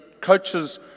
coaches